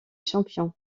champions